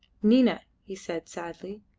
nina, he said sadly,